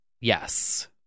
Yes